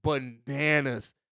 bananas